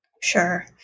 Sure